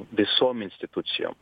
visom institucijom